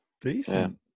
Decent